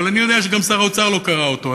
אבל אני יודע שגם שר האוצר לא קרא אותו,